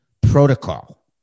protocol